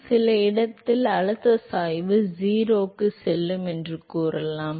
எனவே சில இடத்தில் அழுத்த சாய்வு 0 க்கு செல்லும் என்று கூறலாம்